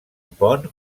pont